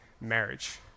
marriage